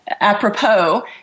apropos